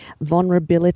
vulnerability